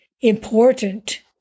important